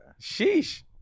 Sheesh